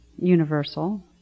universal